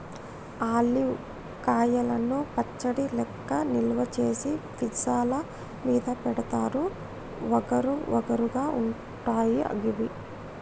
olive కాయలను పచ్చడి లెక్క నిల్వ చేసి పిజ్జా ల మీద పెడుతారు వగరు వగరు గా ఉంటయి గివి